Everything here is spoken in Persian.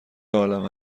عالم